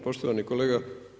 Poštovani kolega.